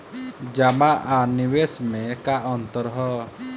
जमा आ निवेश में का अंतर ह?